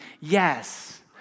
yes